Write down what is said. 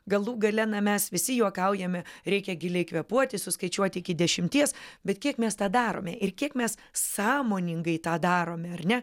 galų gale na mes visi juokaujame reikia giliai kvėpuoti suskaičiuoti iki dešimties bet kiek mes tą darome ir kiek mes sąmoningai tą darome ar ne